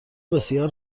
بسیار